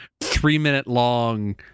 three-minute-long